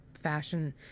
fashion